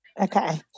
Okay